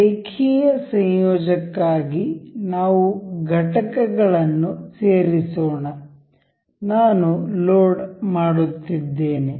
ರೇಖೀಯ ಸಂಯೋಜಕಕ್ಕಾಗಿ ನಾವು ಘಟಕಗಳನ್ನು ಸೇರಿಸೋಣ ನಾನು ಲೋಡ್ ಮಾಡುತ್ತಿದ್ದೇನೆ